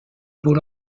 paul